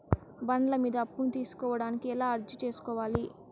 బండ్ల మీద అప్పును తీసుకోడానికి ఎలా అర్జీ సేసుకోవాలి?